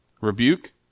Rebuke